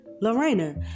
Lorena